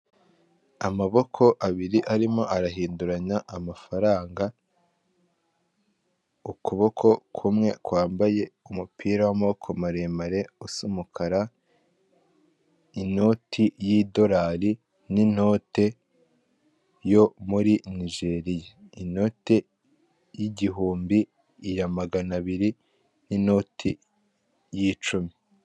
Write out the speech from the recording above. Amaboko abiri arimo arahinduranya amafaranga ukuboko kumwe kwambaye umupira wa'maboko maremare usa umukara, inoti y'idorari n'inote yo muri Nigeriya, inote y'igihumbi, iya maganabiri n'inoti y'icumi.